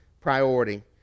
priority